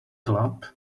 club